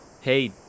hey